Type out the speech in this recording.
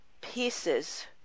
pieces